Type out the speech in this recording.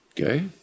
okay